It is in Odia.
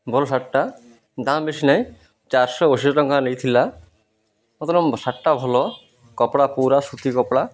ଭଲ ସାର୍ଟ୍ଟା ଦାମ୍ ବେଶୀ ନାହିଁ ଚାରିଶହ ଅଶୀ ଟଙ୍କା ନେଇଥିଲା ମତଲବ ସାର୍ଟ୍ଟା ଭଲ କପଡ଼ା ପୁରା ସୁତି କପଡ଼ା